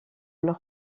leur